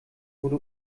wurde